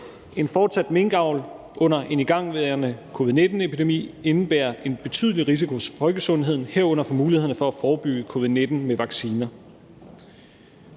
En fortsat minkavl under en igangværende covid-19-epidemi indebærer en betydelig risiko for folkesundheden, herunder for mulighederne for at forebygge covid-19 med vacciner.